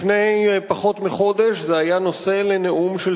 לפני פחות מחודש זה היה נושא לנאום של